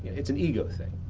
it's an ego thing.